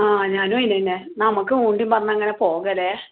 ആ ഞാനുവൈനന്നെ എന്നാൽ നമുക്ക് മുണ്ടീമ്പറഞ്ഞു ഇങ്ങനെ പോകലേ